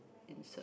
insert